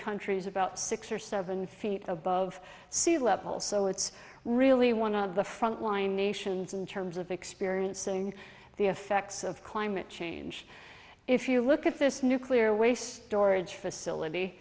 countries about six or seven feet above sea level so it's really one of the frontline nations in terms of experiencing the effects of climate change if you look at this nuclear waste storage